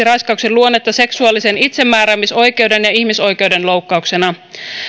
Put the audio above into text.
raiskauksen luonnetta seksuaalisen itsemääräämisoikeuden ja ihmisoikeuden loukkauksena